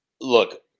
look